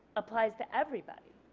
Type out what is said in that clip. applies to everybody.